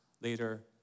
later